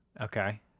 Okay